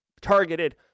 targeted